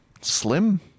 slim